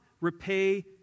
repay